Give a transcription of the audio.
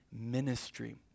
ministry